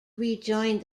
rejoined